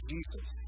Jesus